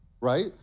right